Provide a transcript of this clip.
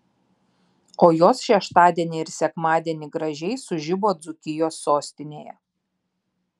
o jos šeštadienį ir sekmadienį gražiai sužibo dzūkijos sostinėje